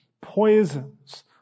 poisons